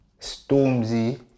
Stormzy